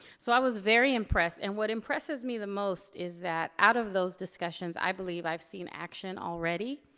so i was very impressed and what impresses me the most is that out of those discussions i believe i've seen action already.